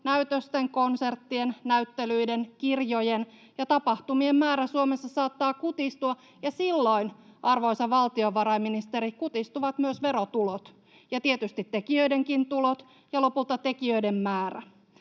näytösten, konserttien, näyttelyiden, kirjojen ja tapahtumien määrä Suomessa saattaa kutistua, ja silloin, arvoisa valtiovarainministeri, kutistuvat myös verotulot, ja tietysti tekijöidenkin tulot ja lopulta tekijöiden määrä